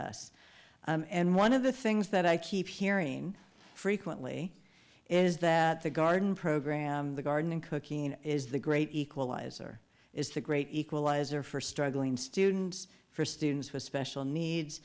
us and one of the things that i keep hearing frequently is that the garden program the gardening cooking is the great equalizer is the great equalizer for struggling students for students with special needs